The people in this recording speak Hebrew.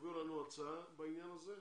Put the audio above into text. תביאו לנו הצעה בעניין הזה.